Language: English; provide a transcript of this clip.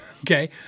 Okay